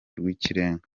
rw’ikirenga